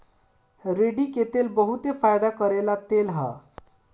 रेड़ी के तेल बहुते फयदा करेवाला तेल ह